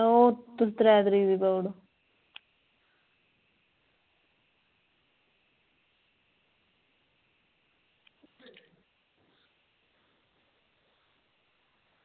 ओह् त्रै तरीक दी पाई ओड़ो